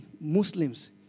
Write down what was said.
Muslims